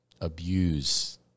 abuse